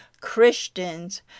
Christians